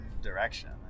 direction